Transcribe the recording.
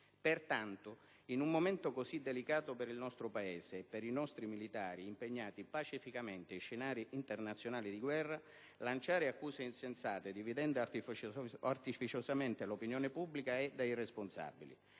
Pertanto, in un momento così delicato per il nostro Paese e per i nostri militari impegnati pacificamente in scenari internazionali di guerra, lanciare accuse insensate dividendo artificiosamente l'opinione pubblica è da irresponsabili,